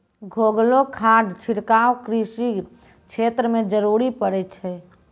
घोललो खाद छिड़काव कृषि क्षेत्र म जरूरी पड़ै छै